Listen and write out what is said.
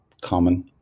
common